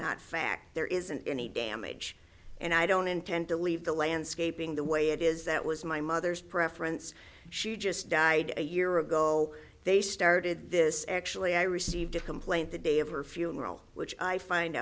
not fact there isn't any damage and i don't intend to leave the landscaping the way it is that was my mother's preference she just died a year ago they started this actually i received a complaint the day of her funeral which i find